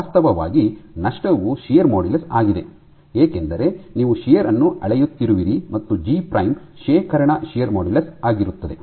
ವಾಸ್ತವವಾಗಿ ನಷ್ಟವು shear modulus ಆಗಿದೆ ಏಕೆಂದರೆ ನೀವು ಶಿಯರ್ ಅನ್ನು ಅಳೆಯುತ್ತಿರುವಿರಿ ಮತ್ತು ಜಿ ಪ್ರೈಮ್ ಶೇಖರಣಾ ಶಿಯರ್ ಮಾಡ್ಯುಲಸ್ ಆಗಿರುತ್ತದೆ